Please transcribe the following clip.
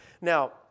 Now